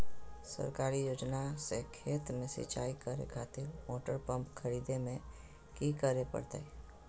सरकारी योजना से खेत में सिंचाई करे खातिर मोटर पंप खरीदे में की करे परतय?